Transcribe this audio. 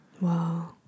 Wow